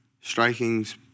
striking's